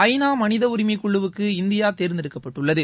ஐ நா மனித உரிமைக்குழுவுக்கு இந்தியா தேர்ந்தெடுக்கப்பட்டுள்ளது